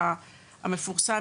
אבל גם הרווחה צריכים לדעת את זה,